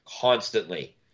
constantly